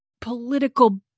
political